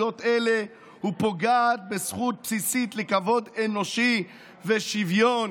אלה ופוגעת בזכות בסיסית לכבוד אנושי ושוויון,